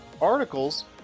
articles